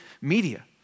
media